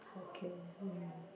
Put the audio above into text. okay hmm